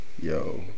Yo